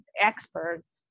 experts